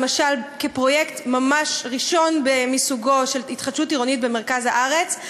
למשל כפרויקט ממש ראשון מסוגו של התחדשות עירונית במרכז הארץ,